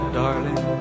darling